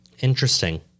Interesting